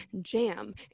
jam